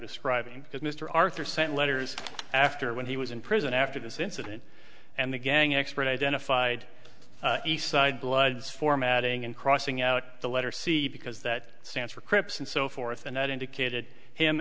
describing because mr arthur sent letters after when he was in prison after this incident and the gang expert identified eastside bloods formatting and crossing out the letter c because that stands for crips and so forth and that indicated him